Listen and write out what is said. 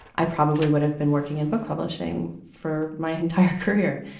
i probably would have been working in book publishing for my entire career.